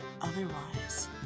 Otherwise